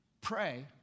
pray